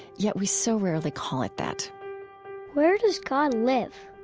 yet we so rarely call it that where does god live?